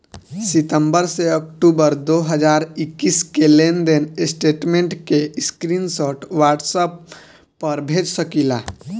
सितंबर से अक्टूबर दो हज़ार इक्कीस के लेनदेन स्टेटमेंट के स्क्रीनशाट व्हाट्सएप पर भेज सकीला?